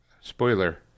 spoiler